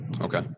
Okay